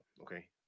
Okay